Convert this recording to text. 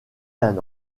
d’un